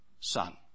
Son